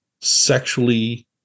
sexually